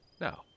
Now